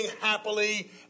happily